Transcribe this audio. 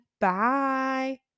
Bye